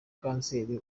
kanseri